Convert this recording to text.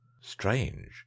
Strange